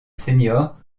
seniors